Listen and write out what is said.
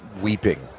weeping